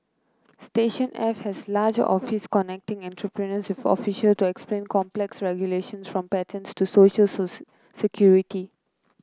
Station F has a large office connecting entrepreneurs with official to explain complex regulations from patents to social security